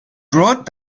brought